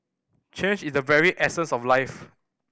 change is the very essence of life